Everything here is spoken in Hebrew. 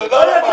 תודה רבה.